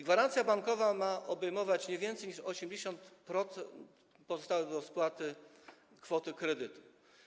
Gwarancja bankowa ma obejmować nie więcej niż 80% pozostałej do spłaty kwoty kredytu.